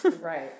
Right